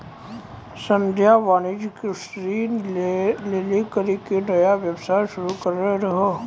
संध्या वाणिज्यिक ऋण लै करि के नया व्यवसाय शुरू करने रहै